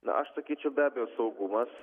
na aš sakyčiau be abejo saugumas